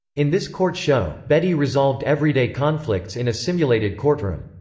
in this court show, bedi resolved everyday conflicts in a simulated courtroom.